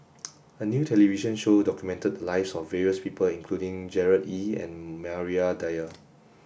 a new television show documented the lives of various people including Gerard Ee and Maria Dyer